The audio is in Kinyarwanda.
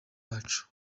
bacu